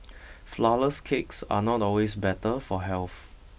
flourless cakes are not always better for health